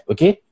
Okay